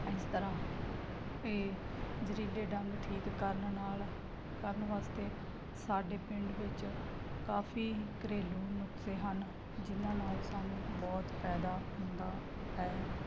ਇਸ ਤਰ੍ਹਾਂ ਇਹ ਜ਼ਹਿਰੀਲੇ ਡੰਗ ਠੀਕ ਕਰਨ ਨਾਲ ਕਰਨ ਵਾਸਤੇ ਸਾਡੇ ਪਿੰਡ ਵਿੱਚ ਕਾਫੀ ਘਰੇਲੂ ਨੁਸਖੇ ਹਨ ਜਿਨ੍ਹਾਂ ਨਾਲ ਸਾਨੂੰ ਬਹੁਤ ਫਾਇਦਾ ਹੁੰਦਾ ਹੈ